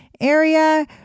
area